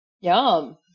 Yum